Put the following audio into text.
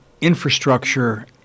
infrastructure